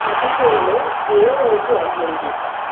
పదిహేను ఏ రోజు అయ్యింది